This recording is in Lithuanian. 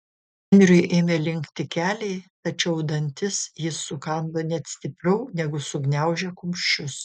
henriui ėmė linkti keliai tačiau dantis jis sukando net stipriau negu sugniaužė kumščius